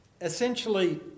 essentially